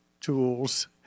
tools